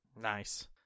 Nice